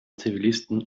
zivilisten